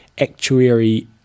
actuary